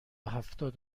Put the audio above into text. هفتاد